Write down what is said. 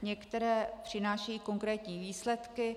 Některé přinášejí konkrétní výsledky.